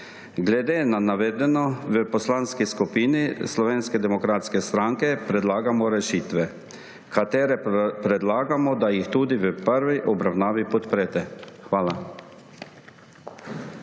Glede na navedeno v Poslanski skupini Slovenske demokratske stranke predlagamo rešitve, za katere predlagamo, da jih v prvi obravnavi podprete. Hvala.